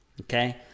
okay